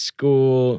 School